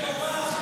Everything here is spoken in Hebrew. במעבר חד,